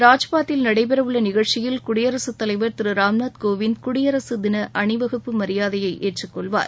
ராஜ்பாத்தில் நடைபெறவுள்ள நிகழ்ச்சியில் குடியரகத் தலைவர் திரு ராம்நாத் கோவிந்த் குடியரக தின அணிவகுப்பு மரியாதையை ஏற்றுக் கொள்வார்